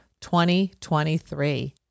2023